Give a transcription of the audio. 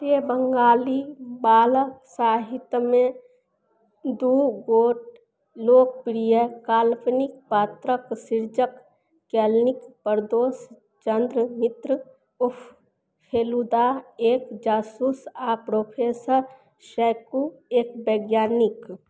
रे बंगाली बालक साहित्यमे दू गोट लोकप्रिय काल्पनिक पात्रक सृजक कैलनिक परदोष चन्द्र मित्र उर्फ फेलुदा एक जासूस आ प्रोफेसर शैकू एक वैज्ञानिक